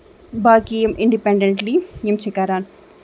باقٕے یِم اِنڈپینڑیٚنٹلی یِم چھِ کران